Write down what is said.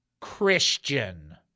Christian